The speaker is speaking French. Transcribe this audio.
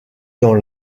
dans